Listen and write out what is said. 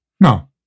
No